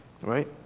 Right